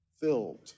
filled